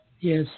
Yes